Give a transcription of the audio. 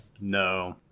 No